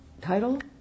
title